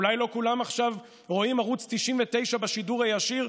אולי לא כולם רואים עכשיו ערוץ 99 בשידור הישיר,